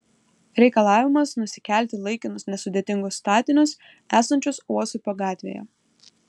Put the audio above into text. reikalavimas nusikelti laikinus nesudėtingus statinius esančius uosupio gatvėje